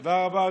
תודה רבה.